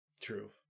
True